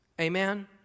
Amen